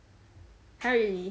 !huh! really